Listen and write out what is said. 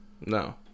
No